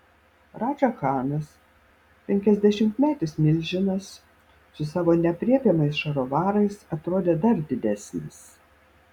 radža chanas penkiasdešimtmetis milžinas su savo neaprėpiamais šarovarais atrodė dar didesnis